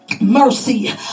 mercy